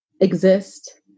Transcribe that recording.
exist